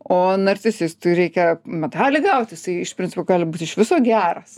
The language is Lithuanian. o narcisistui reikia medalį gaut jisai iš principo gali būt iš viso geras